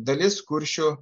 dalis kuršių